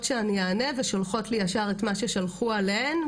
שאני אענה ושולחות לי ישר את מה ששלחו אליהן,